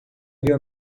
viu